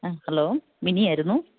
അ hello മിനിയായിരുന്നു